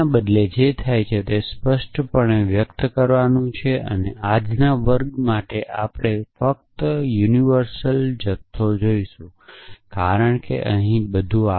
તેના બદલે જે થાય છે તે સ્પષ્ટપણે વ્યક્ત કરવાનું છે અને આજના વર્ગ માટે આપણે ફક્ત સાર્વત્રિક જથ્થો જોશું કારણ કે અહીં આપણું બધું જ છે